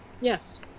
Yes